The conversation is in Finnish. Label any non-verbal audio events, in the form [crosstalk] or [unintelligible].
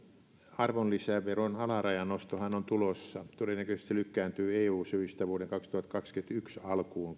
arvonlisäveron alarajan nostohan on tulossa todennäköisesti se lykkääntyy eu syistä vuoden kaksituhattakaksikymmentäyksi alkuun [unintelligible]